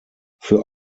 für